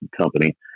Company